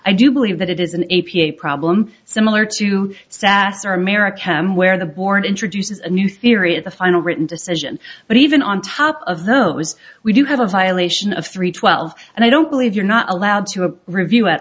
i do believe that it is an a p a problem similar to sas or america where the board introduces a new theory of the final written decision but even on top of those we do have a violation of three twelve and i don't believe you're not allowed to a review at